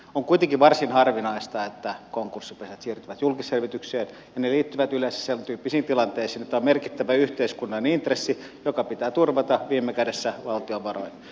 on kuitenkin varsin harvinaista että konkurssipesät siirtyvät julkisselvitykseen ja se liittyy yleensä sentyyppisiin tilanteisiin että on merkittävä yhteiskunnallinen intressi joka pitää turvata viime kädessä valtion varoin